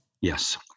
Yes